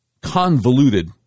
convoluted